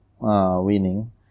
winning